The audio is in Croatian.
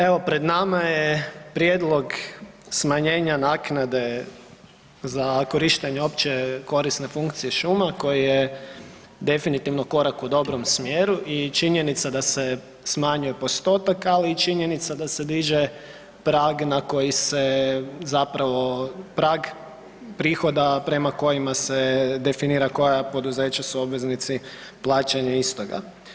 Evo pred nama je prijedlog smanjenja naknade za korištenje opće korisne funkcije šuma koje je definitivno korak u dobrom smjeru i činjenica da se smanjuje postotak, ali i činjenica da se diže prag na koji se zapravo prag prihoda prema kojima se definira koja poduzeća su obveznici plaćanja istoga.